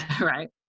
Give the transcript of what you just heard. Right